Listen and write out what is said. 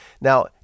Now